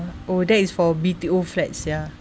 oh that is for B_T_O flats ya